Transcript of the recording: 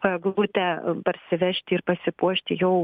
o eglutę parsivežti ir pasipuošti jau